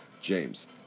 James